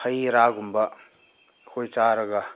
ꯍꯩ ꯔꯥꯒꯨꯝꯕ ꯑꯩꯈꯣꯏ ꯆꯥꯔꯒ